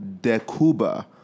DeCuba